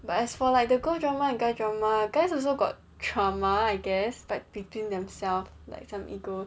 but as for like the girl drama and guy drama guys also got drama I guess but between themselves like some ego